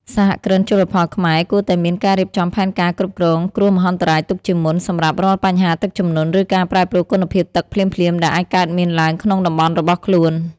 សហគ្រិនជលផលខ្មែរគួរតែមានការរៀបចំផែនការគ្រប់គ្រងគ្រោះមហន្តរាយទុកជាមុន សម្រាប់រាល់បញ្ហាទឹកជំនន់ ឬការប្រែប្រួលគុណភាពទឹកភ្លាមៗដែលអាចកើតមានឡើងក្នុងតំបន់របស់ខ្លួន។